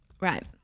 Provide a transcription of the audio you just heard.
right